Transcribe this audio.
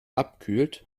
abkühlt